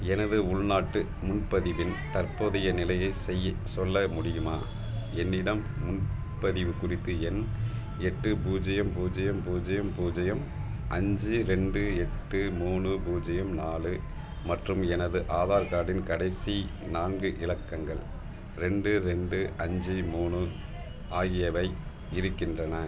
எனது உள்நாட்டு முன்பதிவின் தற்போதைய நிலையைச் செய்ய சொல்ல முடியுமா என்னிடம் முன்பதிவு குறிப்பு எண் எட்டு பூஜ்யம் பூஜ்யம் பூஜ்யம் பூஜ்யம் அஞ்சு ரெண்டு எட்டு மூணு பூஜ்யம் நாலு எனது ஆதார் கார்டின் கடைசி நான்கு இலக்கங்கள் ரெண்டு ரெண்டு அஞ்சு மூணு ஆகியவை இருக்கின்றன